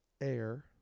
Air